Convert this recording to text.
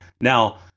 Now